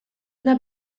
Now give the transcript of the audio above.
ona